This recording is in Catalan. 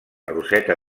roseta